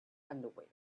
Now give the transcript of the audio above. underwear